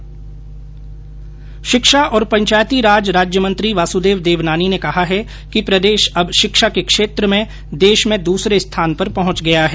षिक्षा और पंचायती राज राज्यमंत्री वासुदेव देवनानी ने कहा है कि प्रदेष अब षिक्षा के क्षेत्र में देष में दसरे स्थान पर पहंच गया है